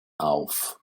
auf